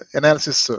analysis